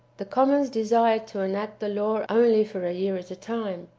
the commons desired to enact the law only for a year at a time,